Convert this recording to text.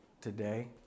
today